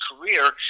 career